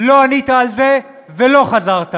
לא ענית על זה ולא חזרת אלינו.